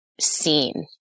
seen